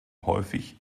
häufig